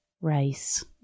rice